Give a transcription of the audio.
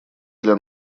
для